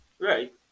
right